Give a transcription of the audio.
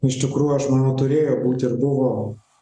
iš tikrųjų aš manau turėjo būt ir buvo